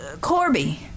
Corby